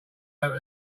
over